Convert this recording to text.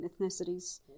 ethnicities